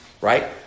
right